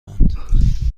اند